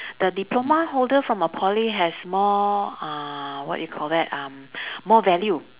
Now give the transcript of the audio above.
the diploma holder from a poly has more uh what you call that um more value